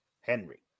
Henry